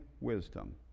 wisdom